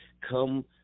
come